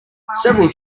several